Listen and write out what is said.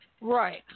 Right